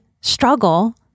struggle